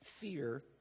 fear